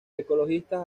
ecologistas